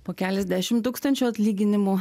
po keliasdešim tūkstančių atlyginimų